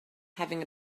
having